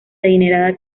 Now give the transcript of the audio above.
adinerada